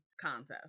contest